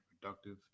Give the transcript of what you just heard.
productive